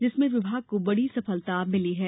जिसमें विभाग को बड़ी सफलता मिली है